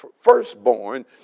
firstborn